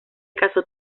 casó